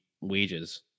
wages